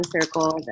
circles